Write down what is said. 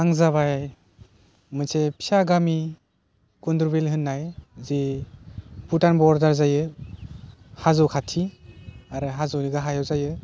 आं जाबाय मोनसे फिसा गामि गुन्द्रु बिल होनन्नाय जि भुटान बर्डार जायो हाजो खाथि आरो हाजोनि गाहायाव जायो